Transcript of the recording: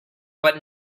but